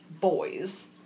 boys